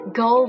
go